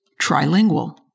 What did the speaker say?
Trilingual